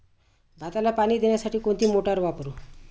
भाताला पाणी देण्यासाठी कोणती मोटार वापरू?